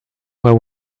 were